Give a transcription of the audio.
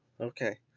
Okay